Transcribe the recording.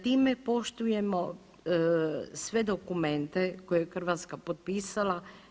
Time poštujemo sve dokumente koje je Hrvatska potpisala.